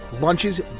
Lunches